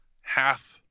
half